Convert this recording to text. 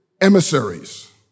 emissaries